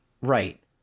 Right